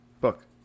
book